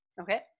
Okay